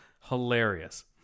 hilarious